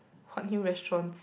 what new restaurants